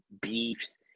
beefs